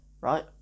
Right